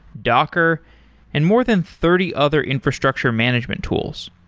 docker and more than thirty other infrastructure management tools.